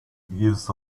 gives